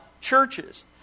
churches